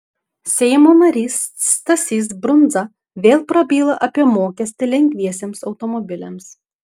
seimo narys stasys brundza vėl prabyla apie mokestį lengviesiems automobiliams